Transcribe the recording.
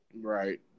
right